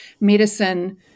medicine